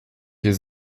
jest